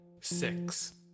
six